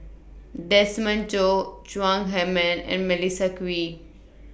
Desmond Choo Chong Heman and Melissa Kwee